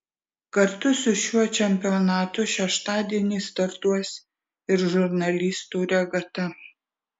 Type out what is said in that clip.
kartu su šiuo čempionatu šeštadienį startuos ir žurnalistų regata